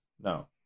No